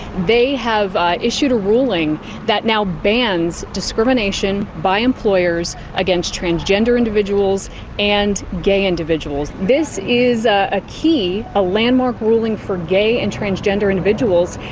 they have issued a ruling that now bans discrimination by employers against transgender individuals and gay individuals. this is a key, a landmark ruling for gay and transgender individuals.